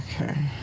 okay